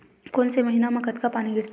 कोन से महीना म कतका पानी गिरथे?